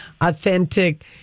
authentic